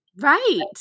Right